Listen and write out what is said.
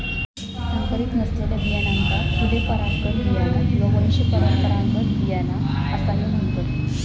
संकरीत नसलेल्या बियाण्यांका खुले परागकण बियाणा किंवा वंशपरंपरागत बियाणा असाही म्हणतत